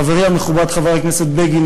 חברי המכובד חבר הכנסת בגין,